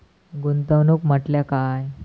गुंतवणूक म्हटल्या काय?